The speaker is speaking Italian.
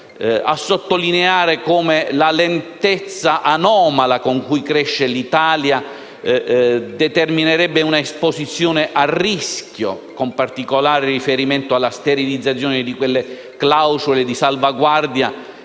a sottolineare come la lentezza anomala con cui cresce l'Italia determinerebbe un'esposizione al rischio, con particolare riferimento alla sterilizzazione delle clausole di salvaguardia